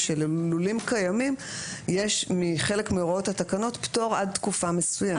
שללולים קיימים יש בחלק מהוראות התקנות פטור עד תקופה מסוימת.